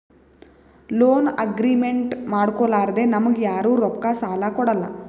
loan agreement ಮಾಡ್ಕೊಲಾರ್ದೆ ನಮ್ಗ್ ಯಾರು ರೊಕ್ಕಾ ಸಾಲ ಕೊಡಲ್ಲ